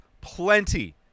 plenty